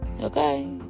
Okay